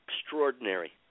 extraordinary